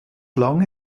lange